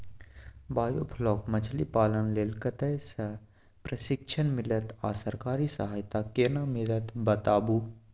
Biofloc मछलीपालन लेल कतय स प्रशिक्षण मिलत आ सरकारी सहायता केना मिलत बताबू?